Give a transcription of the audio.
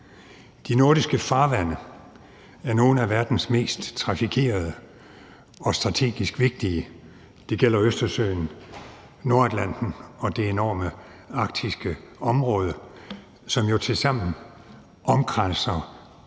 De nordiske farvande er nogle af verdens mest trafikerede og strategisk vigtige. Det gælder Østersøen, Nordatlanten og det enorme arktiske område, som jo tilsammen omkranser